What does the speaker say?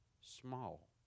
small